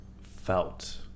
felt